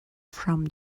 from